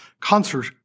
Concert